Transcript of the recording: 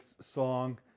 song